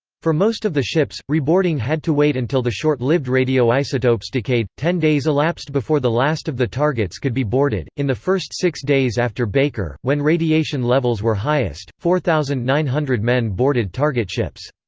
for most of the ships, reboarding reboarding had to wait until the short-lived radioisotopes decayed ten days elapsed before the last of the targets could be boarded in the first six days after baker, when radiation levels were highest, four thousand nine hundred men boarded target ships.